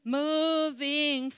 moving